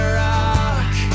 rock